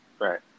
Right